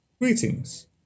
Greetings